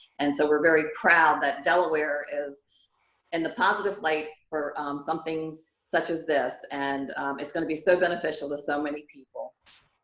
and so we're very proud that delaware is in the positive light for something such as this. and it's going to be so beneficial to so many people.